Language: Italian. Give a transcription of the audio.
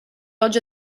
oggi